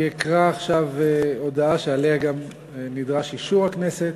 אני אקרא עכשיו הודעה שעליה גם נדרש אישור הכנסת.